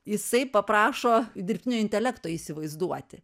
jisai paprašo dirbtinio intelekto įsivaizduoti